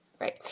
Right